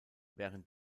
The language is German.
während